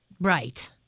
Right